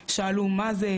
שאלו מה זה,